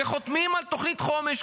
וחותמים על תוכנית חומש,